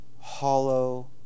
hollow